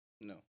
No